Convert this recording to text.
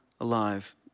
alive